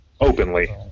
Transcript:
Openly